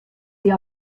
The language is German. sie